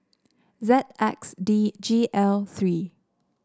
Z X D G L three